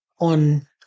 on